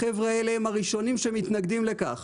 החבר'ה האלה הם הראשונים שמתנגדים לכך.